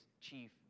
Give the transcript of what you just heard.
chief